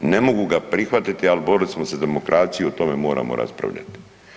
Ne mogu ga prihvati, ali borili smo se za demokraciju, o tome moramo raspravljati.